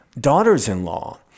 daughters-in-law